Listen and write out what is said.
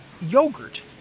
yogurt